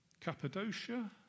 Cappadocia